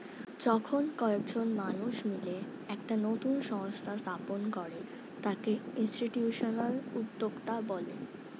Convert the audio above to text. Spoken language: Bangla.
যখন কয়েকজন মানুষ মিলে একটা নতুন সংস্থা স্থাপন করে তাকে ইনস্টিটিউশনাল উদ্যোক্তা বলে